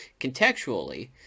Contextually